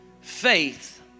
Faith